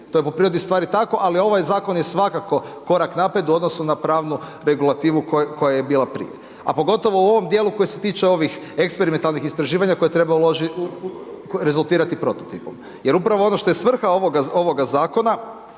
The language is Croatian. To je po prirodi stvari tako, ali ovaj je zakon svakako korak naprijed u odnosu na pravnu regulativu koja je bila prije, a pogotovo u ovom dijelu koji se tiče ovih eksperimentalnih istraživanja koja treba rezultirati prototipom. Jer upravo ono što je svrha ovoga zakona